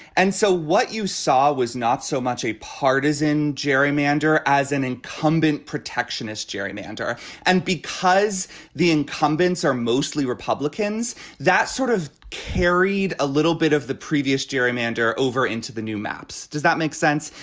and so what you saw was not so much a partisan gerrymander as an incumbent protectionist gerrymander and because the incumbents are mostly republicans that sort of carried a little bit of the previous gerrymander over into the new maps. does that make sense.